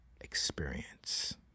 experience